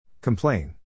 Complain